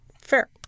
Fair